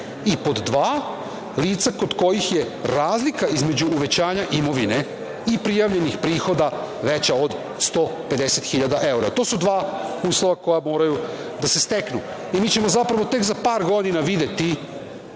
i 2) lica kod kojih je razlika između uvećanja imovine i prijavljenih prihoda veća od 150.000 evra. To su dva uslova koja moraju da se steknu. Mi ćemo, zapravo, tek za par godina videti